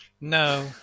No